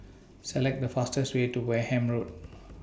Select The fastest Way to Wareham Road